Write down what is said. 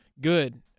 Good